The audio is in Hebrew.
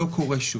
לעולם לא קורה שוב.